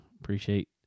appreciate